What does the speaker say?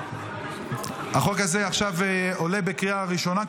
החוק הזה עולה עכשיו לקריאה הראשונה,